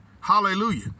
Hallelujah